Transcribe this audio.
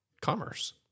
commerce